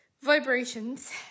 vibrations